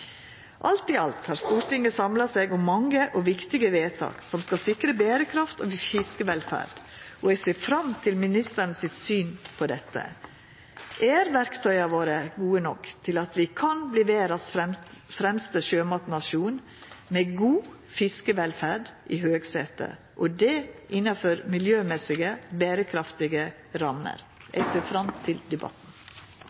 Alt i alt har Stortinget samla seg om mange og viktige vedtak som skal sikra berekraft og fiskevelferd, og eg ser fram til å høyra ministeren sitt syn på dette. Er verktøya våre gode nok til at vi kan verta verdas fremste sjømatnasjon med god fiskevelferd i høgsetet – og det innanfor miljømessige, berekraftige rammer?